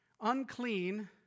Unclean